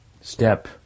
step